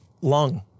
lung